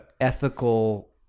ethical